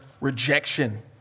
rejection